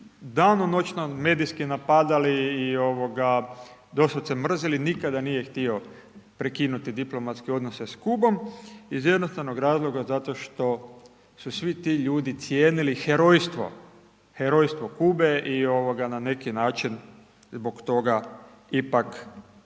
danonoćno medijski napadali i doslovce mrzili nikada nije htio prekinuti diplomatske odnose sa Kubom iz jednostavnog razloga zato što su svi ti ljudi cijenili herojstvo, herojstvo Kube i na neki način zbog toga ipak